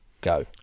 Go